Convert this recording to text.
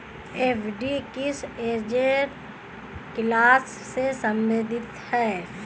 FD किस asset class से संबंधित है?